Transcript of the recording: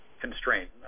constraint